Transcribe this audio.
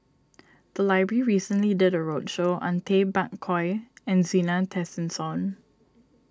the library recently did a roadshow on Tay Bak Koi and Zena Tessensohn